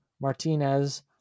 martinez